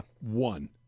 one